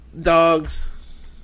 dogs